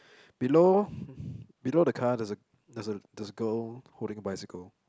below below the car there's a there's a there's girl holding the bicycle